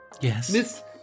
Yes